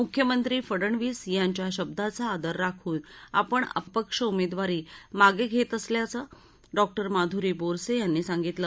मुख्यमंत्री फडणवीस यांच्या शब्दाचा आदर राखून आपण आपली अपक्ष उमेदवारी मागे घेत असल्याचे डॉ माधुरी बोरसे यांनी सांगितलं